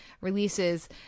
releases